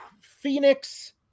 Phoenix